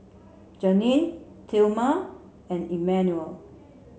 Janae Tilman and Emmanuel